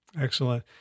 Excellent